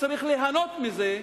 שצריך ליהנות מזה,